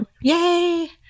Yay